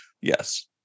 Yes